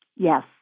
Yes